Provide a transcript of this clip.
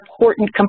important